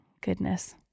goodness